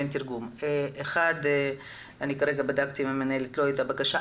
ואין תרגום." כרגע בדקתי עם המנהלת ולא הייתה בקשה,